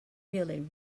really